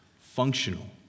functional